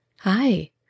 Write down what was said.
Hi